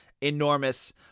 enormous